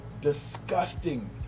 disgusting